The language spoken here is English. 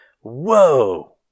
whoa